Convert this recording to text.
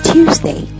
Tuesday